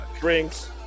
Drinks